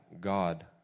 God